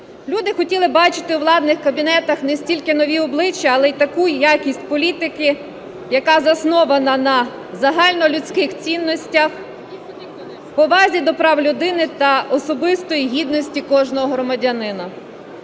Люди хотіли бачити у владних кабінетах не стільки нові обличчя, але і таку якість політики, яка заснована на загальнолюдських цінностях, повазі до прав людини та особистої гідності кожного громадянина.